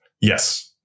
Yes